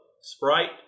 Sprite